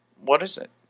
what is it?